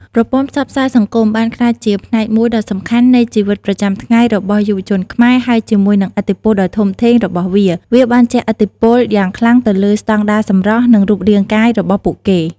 ប្រព័ន្ធផ្សព្វផ្សាយសង្គមបានក្លាយជាផ្នែកមួយដ៏សំខាន់នៃជីវិតប្រចាំថ្ងៃរបស់យុវជនខ្មែរ ហើយជាមួយនឹងឥទ្ធិពលដ៏ធំធេងរបស់វា វាបានជះឥទ្ធិពលយ៉ាងខ្លាំងទៅលើ ស្តង់ដារសម្រស់ និងរូបរាងកាយ របស់ពួកគេ។